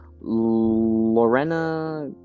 Lorena